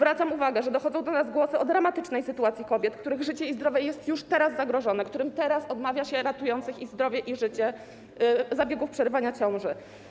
Zwracam uwagę, że dochodzą do nas głosy o dramatycznej sytuacji kobiet, których życie i zdrowie jest zagrożone, którym już teraz odmawia się ratujących ich zdrowie i życie zabiegów przerywania ciąży.